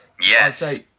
Yes